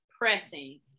pressing